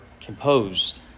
composed